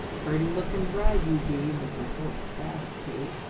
purty lookin' bride you be! mrs. holt spat at kate.